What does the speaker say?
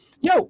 yo